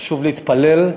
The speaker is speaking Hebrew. חשוב להתפלל,